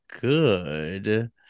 good